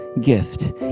gift